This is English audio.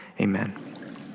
Amen